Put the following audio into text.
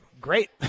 great